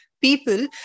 people